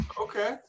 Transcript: Okay